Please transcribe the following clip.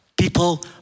People